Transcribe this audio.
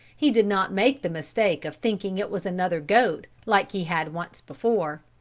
he did not make the mistake of thinking it was another goat like he had once before.